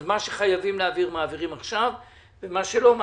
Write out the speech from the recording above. אז מה שחייבים להעביר מעבירים עכשיו ומה שלא,